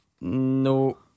No